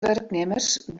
wurknimmers